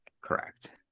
correct